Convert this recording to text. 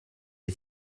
est